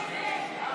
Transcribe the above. נתקבל.